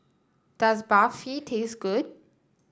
does Barfi taste good